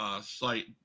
site